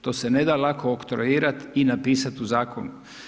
To se ne da lako oktroirati i napisati u zakonu.